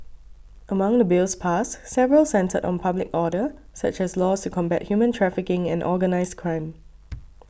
among the Bills passed several centred on public order such as laws to combat human trafficking and organised crime